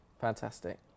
Fantastic